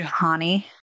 Juhani